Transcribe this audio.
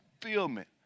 fulfillment